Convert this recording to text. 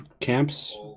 Camps